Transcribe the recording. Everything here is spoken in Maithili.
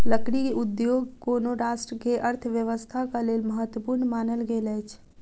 लकड़ी उद्योग कोनो राष्ट्र के अर्थव्यवस्थाक लेल महत्वपूर्ण मानल गेल अछि